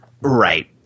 Right